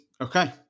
Okay